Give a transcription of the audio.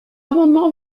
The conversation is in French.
amendement